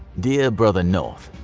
dear brother north,